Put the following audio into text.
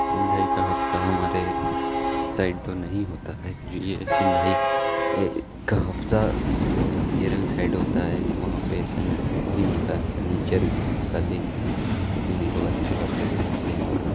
سندھائی کا ہفتہ ہمارے سائڈ تو نہیں ہوتا ہے جو یہ سندھائی کا ہفتہ کیرل سائڈ ہوتا ہے وہاں پہ سن یہ دن ہوتا ہے سنیچر کا دن اس دن لوگ اچھے کپڑے پہنتے ہیں اور